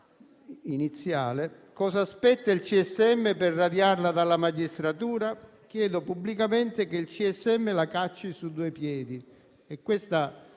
ancora: «Cosa aspetta il CSM per radiarla dalla magistratura? Chiedo pubblicamente che il CSM la cacci su due piedi». Questa